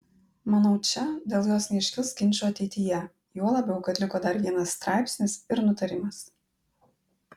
manau čia dėl jos neiškils ginčų ateityje juo labiau kad liko dar vienas straipsnis ir nutarimas